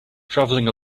traveling